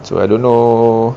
so I don't know